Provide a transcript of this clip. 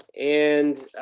and